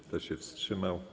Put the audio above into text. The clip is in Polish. Kto się wstrzymał?